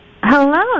Hello